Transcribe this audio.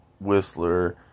Whistler